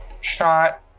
shot